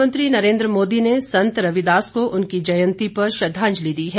प्रधानमंत्री नरेन्द्र मोदी ने संत रविदास को उनकी जयंती पर श्रद्वांजलि दी है